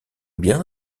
bien